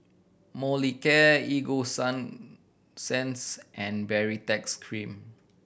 Molicare Ego Sunsense and Baritex Cream